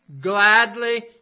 gladly